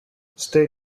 stay